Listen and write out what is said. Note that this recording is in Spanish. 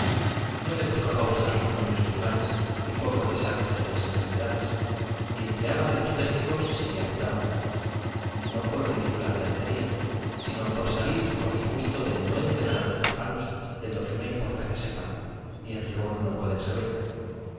no le gustaba usar los nombres vulgares y poco exactos de las enfermedades y empleaba los técnicos si le apuraban no por ridícula pedantería sino por salir con su gusto de no enterar a los profanos de lo que no importa que sepan y en rigor no pueden saber